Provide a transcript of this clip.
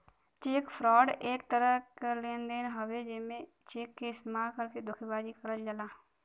check fraud एक तरह क लेन देन हउवे जेमे चेक क इस्तेमाल करके धोखेबाजी करल जाला